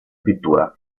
pittura